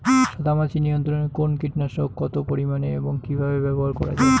সাদামাছি নিয়ন্ত্রণে কোন কীটনাশক কত পরিমাণে এবং কীভাবে ব্যবহার করা হয়?